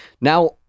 Now